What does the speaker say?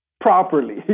properly